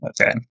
Okay